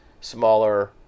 smaller